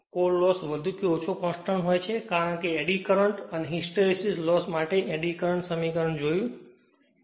તેથી core loss વધુ કે ઓછો કોંસ્ટંટ છે કારણ કે આપણે એડી કરંટ અને હિસ્ટ્રેસિસ ના લોસ માટે એડી સમીકરણ જોયું છે